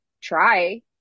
try